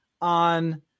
on